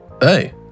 hey